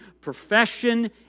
profession